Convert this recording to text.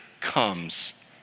comes